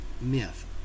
myth